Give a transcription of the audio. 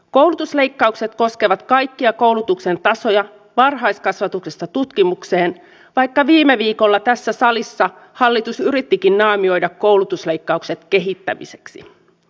koulutusleikkaukset koskevat kaikkia koulutuksen tasoja varhaiskasvatuksesta tutkimukseen vaikka viime viikolla tässä salissa hallitus yrittikin naamioida koulutusleikkaukset kehittämiseksi